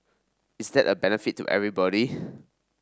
is that of benefit to everybody